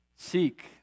Seek